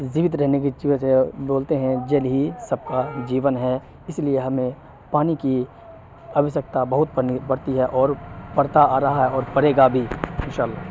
جیوت رہنے کی بولتے ہیں جل ہی سب کا جیون ہے اس لیے ہمیں پانی کی آوشیکتا بہت پڑنی پڑتی ہے اور پڑتا آ رہا ہے اور پڑے گا بھی انشاء اللہ